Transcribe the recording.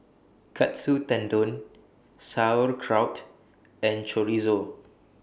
Katsu Tendon Sauerkraut and Chorizo